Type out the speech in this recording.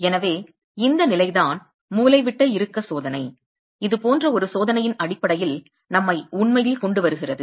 எனவே இந்த நிலைதான் மூலைவிட்ட இறுக்க சோதனை போன்ற ஒரு சோதனையின் அடிப்படையில் நம்மை உண்மையில் கொண்டு வருகிறது